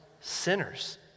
Sinners